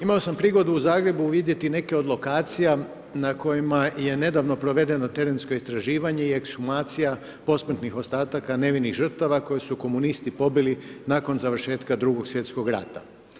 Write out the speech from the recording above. Imao sam prigodu u Zagrebu vidjeti neke od lokacija na kojima je nedavno provedeno terensko istraživanje i ekshumacija posmrtnih ostataka nevinih žrtava koje su komunisti pobili nakon završetka 2. svjetskog rata.